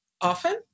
often